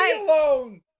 alone